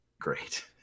great